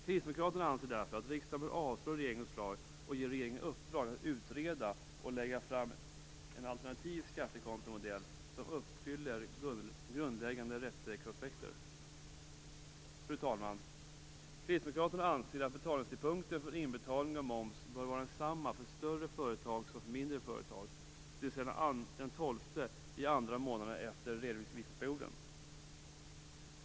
Kristdemokraterna anser därför att riksdagen bör avslå regeringens förslag och ge regeringen i uppdrag att utreda och lägga fram en alternativ skattekontomodell som uppfyller grundläggande rättssäkerhetsaspekter. Fru talman! Kristdemokraterna anser att betalningstidpunkten för inbetalning av moms bör vara densamma för större företag som för mindre företag, dvs. den 12 i andra månaden efter redovisningsperioden.